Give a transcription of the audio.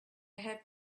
have